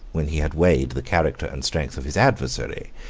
when he had weighed the character and strength of his adversary,